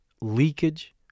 leakage